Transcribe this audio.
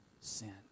sin